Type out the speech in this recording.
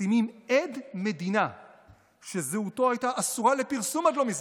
עד מדינה שזהותו הייתה אסורה לפרסום עד לא מזמן.